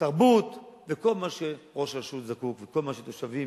תרבות וכל מה שראש רשות זקוק וכל מה שתושבים